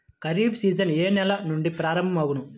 Kharif season ఏ నెల నుండి ప్రారంభం అగును?